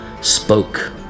spoke